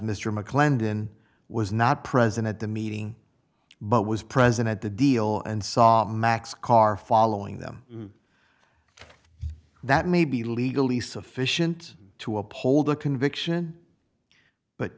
mr mclendon was not present at the meeting but was present at the deal and saw max car following them that may be legally sufficient to uphold the conviction but